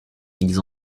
ils